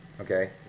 Okay